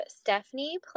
Stephanie